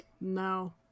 no